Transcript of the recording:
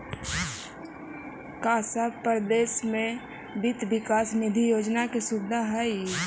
का सब परदेश में वित्त विकास निधि योजना के सुबिधा हई?